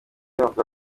bavuga